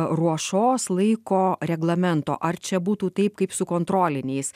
ruošos laiko reglamento ar čia būtų taip kaip su kontroliniais